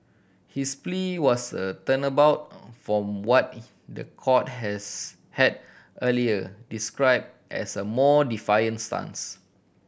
his plea was a turnabout from what the court has had earlier describe as a more defiant stance